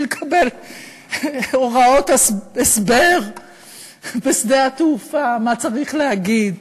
לקבל הוראות הסבר בשדה התעופה מה צריך להגיד.